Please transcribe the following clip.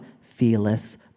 fearless